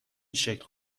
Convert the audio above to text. شکل